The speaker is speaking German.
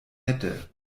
hätte